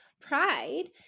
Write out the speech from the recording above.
Pride